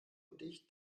dicht